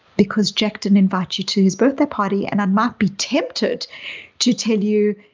because jack didn't invite you to his birthday party and i might be tempted to tell you,